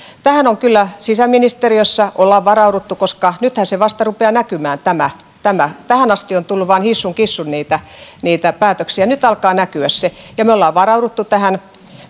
tähän kyllä sisäministeriössä ollaan varauduttu koska nythän tämä vasta rupeaa näkymään tähän asti on tullut vain hissun kissun niitä niitä päätöksiä nyt alkaa näkyä tämä ja me olemme varautuneet tähän